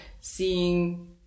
seeing